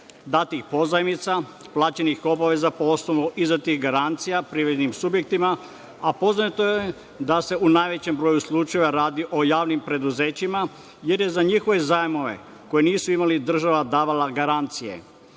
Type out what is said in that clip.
datih pozajmica, plaćenih obaveza po osnovu izdatih garancija privrednim subjektima, a poznato je da se u najvećem broju slučajeva radi o javnim preduzećima, jer je za njihove zajmove, koje nisu imali, država davala garancije. Član